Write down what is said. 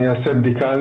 אני אעשה בדיקה.